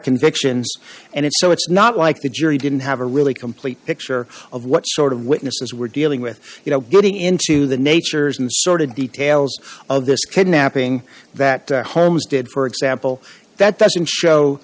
convictions and if so it's not like the jury didn't have a really complete picture of what sort of witnesses we're dealing with you know getting into the natures and sordid details of this kidnapping that holmes did for example that doesn't show